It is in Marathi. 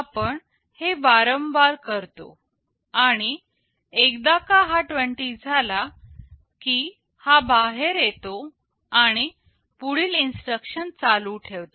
आपण हे वारंवार करतो आणि एकदा हा 20 झाला की हा बाहेर येतो आणि पुढील इन्स्ट्रक्शन चालू ठेवतो